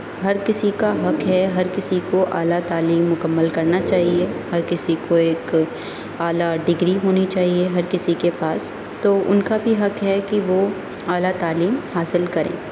ہر کسی کا حق ہے ہر کسی کو اعلیٰ تعلیم مکمل کرنا چاہیے ہر کسی کو ایک اعلیٰ ڈگری ہونی چاہیے ہر کسی کے پاس تو ان کا بھی حق ہے کہ وہ اعلیٰ تعلیم حاصل کریں